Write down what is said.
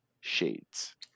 Shades